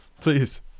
Please